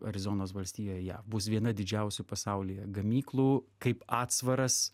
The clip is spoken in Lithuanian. arizonos valstijoje bus viena didžiausių pasaulyje gamyklų kaip atsvaras